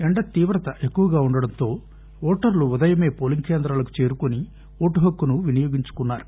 ఎండతీవ్రత ఎక్కువగా ఉండటంతో ఓటర్లు ఉదయమే పోలింగ్ కేంద్రాలకు చేరుకుని ఓటుహక్కును వినియోగించుకున్నారు